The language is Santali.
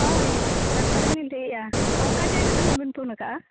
ᱦᱳᱭ ᱰᱟᱠᱛᱟᱨ ᱜᱮᱞᱤᱧ ᱞᱟᱹᱭᱮᱫᱟ ᱚᱠᱟ ᱡᱟᱭᱜᱟ ᱠᱷᱚᱱᱟᱜ ᱵᱮᱱ ᱯᱷᱳᱱ ᱟᱠᱟᱫᱟ